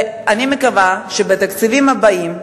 ואני מקווה שבתקציבים הבאים,